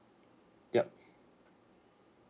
yup